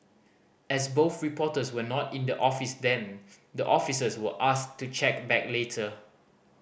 as both reporters were not in the office then the officers were asked to check back later